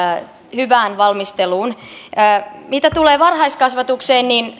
hyvään valmisteluun mitä tulee varhaiskasvatukseen niin se